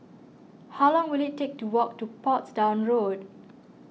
how long will it take to walk to Portsdown Road